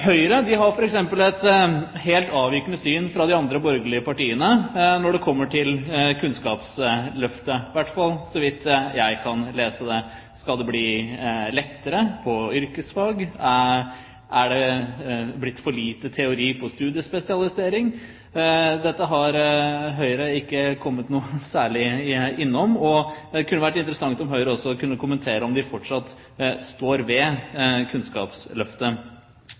Høyre har f.eks. et helt avvikende syn fra de andre borgerlige partiene når det kommer til Kunnskapsløftet – i hvert fall så vidt jeg kan lese det. Skal det bli lettere når det gjelder yrkesfag? Er det blitt for lite teori på studiespesialisering? Dette har Høyre ikke kommet noe særlig inn på. Det kunne vært interessant om Høyre også kunne kommentere om de fortsatt står ved Kunnskapsløftet.